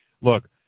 Look